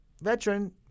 veteran